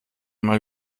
mal